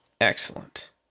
Excellent